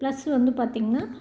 plus வந்து பார்த்திங்கன்னா